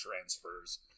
transfers